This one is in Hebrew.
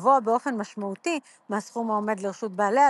גבוה באופן משמעותי מהסכום העומד לרשות בעליה,